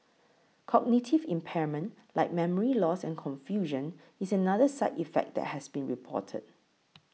cognitive impairment like memory loss and confusion is another side effect that has been reported